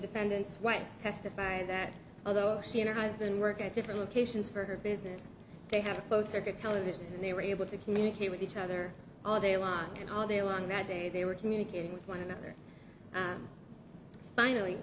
defendant's wife testified that although she and her husband work at different locations for her business they have a closed circuit television and they were able to communicate with each other all day long and all day long that day they were communicating with one another finally